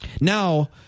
Now